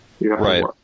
Right